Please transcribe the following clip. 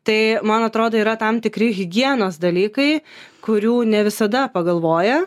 tai man atrodo yra tam tikri higienos dalykai kurių ne visada pagalvoja